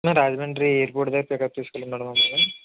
Rajahmundry airport దగ్గర pick up చేసుకోవాలి madam